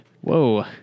Whoa